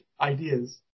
ideas